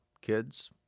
kids